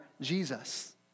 Jesus